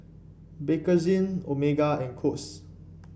Bakerzin Omega and Kose